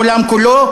בעולם כולו,